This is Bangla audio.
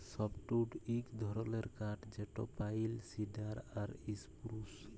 সফ্টউড ইক ধরলের কাঠ যেট পাইল, সিডার আর ইসপুরুস